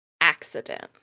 Accident